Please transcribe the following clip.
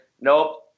nope